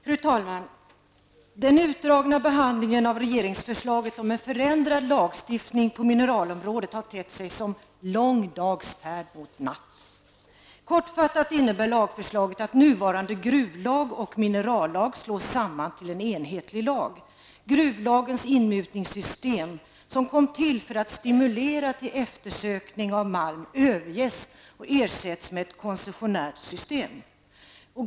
Fru talman! Den utdragna behandlingen av regeringsförslaget om en förändrad lagstiftning på mineralområdet har tett sig som en ''lång dags färd mot natt''. Kortfattat innebär lagförslaget att nuvarande gruvlag och minerallag slås samman till en enhetlig lag. Gruvlagens inmutningssystem, som kom till för att stimulera till eftersökning av malm, överges och ersätts med ett koncessionärt system.